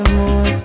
more